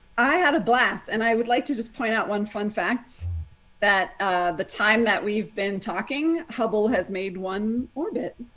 i had a blast. and i would like to just point out one fun fact that the time that we've been talking hubble has made one orbit.